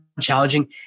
challenging